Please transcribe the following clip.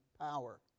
power